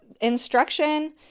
instruction